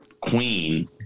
Queen